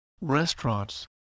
restaurants